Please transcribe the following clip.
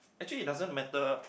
actually it doesn't matter